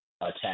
attack